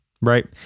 right